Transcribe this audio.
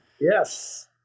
Yes